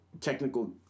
technical